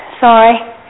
Sorry